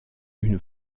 une